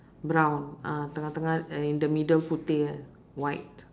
brown ah tengah tengah uh in the middle putih white